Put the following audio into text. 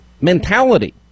mentality